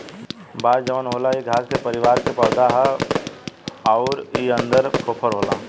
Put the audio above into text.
बांस जवन होला इ घास के परिवार के पौधा हा अउर इ अन्दर फोफर होला